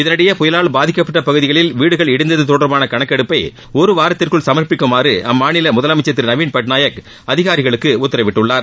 இதனிடையே புயலால் பாதிக்கப்பட்ட பகுதிகளில் வீடுகள் இடிந்தது தொடர்பான கணக்கெடுப்பை ஒரு வாரத்திற்குள் சமா்ப்பிக்குமாறு அம்மாநில முதலமைச்சா் திரு நவின் பட்நாயக் அதிகாரிகளுக்கு உத்தரவிட்டுள்ளார்